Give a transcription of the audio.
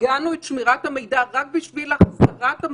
צריך להיות פה מנגנון מעובה של השגה.